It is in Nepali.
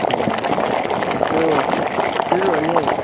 ए हुन्छ हुन्छ त्यो त्यो भने